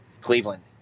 Cleveland